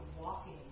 walking